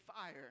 fire